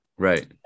Right